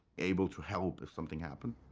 able to help if something happened.